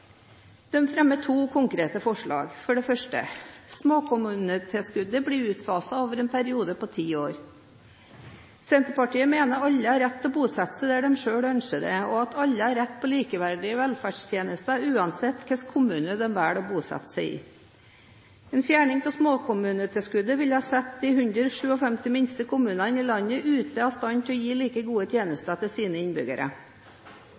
fremmer to konkrete forslag. Forslag 1: Småkommunetilskuddet blir utfaset over en periode på ti år. Senterpartiet mener alle har rett til å bosette seg der de selv ønsker, og at alle har rett på likeverdige velferdstjenester uansett hvilken kommune de velger å bosette seg i. En fjerning av småkommunetilskuddet ville sette de 157 minste kommunene i landet ute av stand til å gi like gode